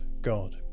God